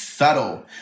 subtle